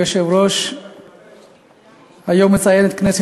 יום זה